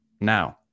now